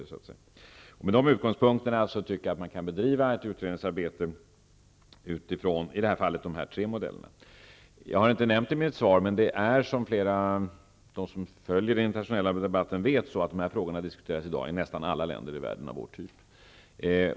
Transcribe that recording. Utifrån dessa utgångspunkter tycker jag att man kan bedriva ett utredningsarbete med de här tre modellerna. Jag har inte nämnt det i mitt svar, men som alla som följer den internationella debatten vet diskuteras dessa frågor i nästan alla länder av vår typ.